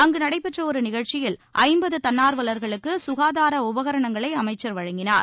அங்கு நடைபெற்ற ஒரு நிகழ்ச்சியில் ஐம்பது தன்னார்வலர்களுக்கு க்காதார உபகரணங்களை அமைச்சர் வழங்கினார்